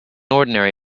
ordinary